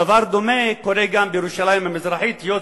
דבר דומה קורה גם בירושלים המזרחית, היות